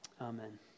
Amen